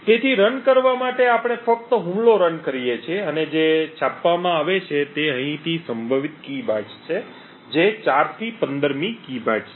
તેથી રન કરવા માટે આપણે ફક્ત હુમલો રણ કરીએ છીએ અને જે છાપવામાં આવે છે તે અહીંથી સંભવિત કી બાઇટ્સ છે જે 4 થી 15 મી કી બાઇટ્સ છે